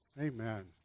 Amen